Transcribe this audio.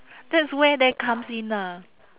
that's where that comes in lah